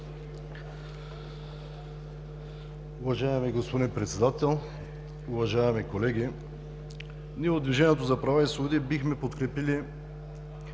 Уважаеми господин Председател, уважаеми колеги! Ние от „Движението за права и свободи“ бихме подкрепили